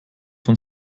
von